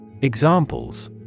Examples